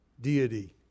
deity